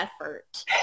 effort